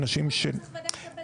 כי לא צריך ועדת קבלה לעיר.